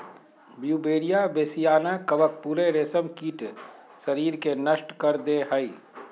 Beauveria bassiana कवक पूरे रेशमकीट शरीर के नष्ट कर दे हइ